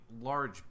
large